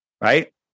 right